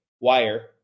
wire